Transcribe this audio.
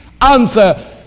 answer